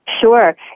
Sure